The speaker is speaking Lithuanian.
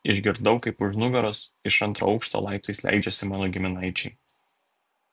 išgirdau kaip už nugaros iš antro aukšto laiptais leidžiasi mano giminaičiai